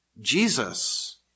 Jesus